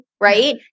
right